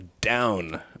down